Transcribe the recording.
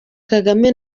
kagame